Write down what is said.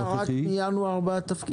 אז אתה רק מינואר בתפקיד?